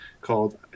called